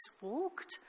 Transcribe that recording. walked